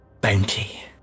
bounty